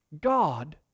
God